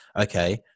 Okay